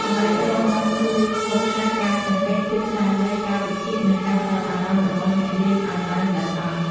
ល្បែងគ្របមាន់ជួយ ហ្វឹកហាត់ការសង្កេត ភាពវៃឆ្លាត ការវិភាគ និង ការផ្តោតអារម្មណ៍ របស់អ្នកលេងឱ្យបានល្អិតល្អន់។